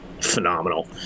phenomenal